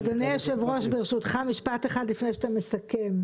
אדוני היו"ר ברשותך משפט אחד לפני שאתה מסכם.